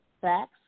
Facts